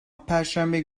perşembe